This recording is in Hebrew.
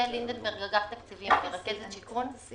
יעל לינדנברג, אגף תקציבים, רכזת שיכון.